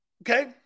Okay